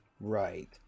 right